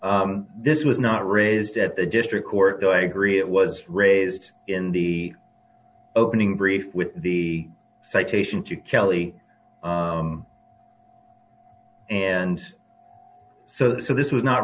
this was not raised at the district court though i agree it was raised in the opening brief with the citation to kelly and so this was not